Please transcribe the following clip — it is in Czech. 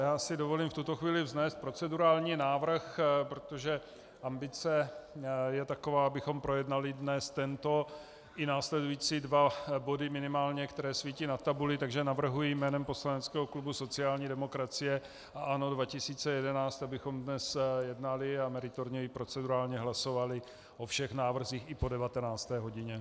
Já si dovolím v tuto chvíli vznést procedurální návrh, protože ambice je taková, abychom projednali dnes tento i následující dva body, minimálně, které svítí na tabuli, takže navrhuji jménem poslaneckého klubu sociální demokracie a ANO 2011, abychom dnes jednali a meritorně i procedurálně hlasovali o všech návrzích i po 19. hodině.